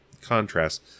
contrast